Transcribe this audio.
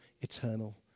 eternal